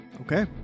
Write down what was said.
okay